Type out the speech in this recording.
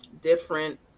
different